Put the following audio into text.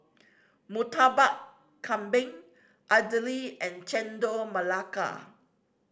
Murtabak Kambing idly and Chendol Melaka